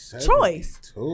choice